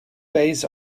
base